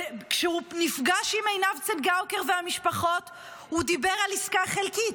כשהוא נפגש עם עינב צנגאוקר והמשפחות הוא דיבר על עסקה חלקית,